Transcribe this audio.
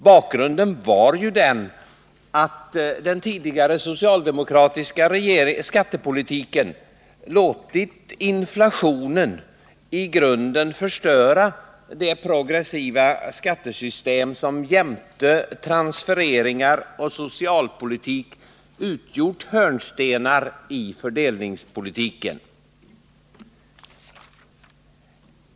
Bakgrunden var ju den att den tidigare socialdemokratiska skattepolitiken hade låtit inflationen i grunden förstöra det progressiva skattesystem som jämte transfereringar och socialpolitik utgjort hörnstenar i fördelningspolitiken.